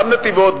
גם נתיבות,